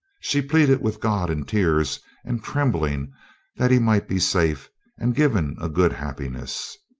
she pleaded with god in tears and trembling that he might be safe and given a good happiness.